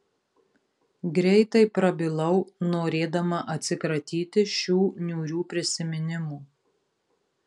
greitai prabilau norėdama atsikratyti šių niūrių prisiminimų